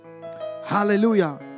Hallelujah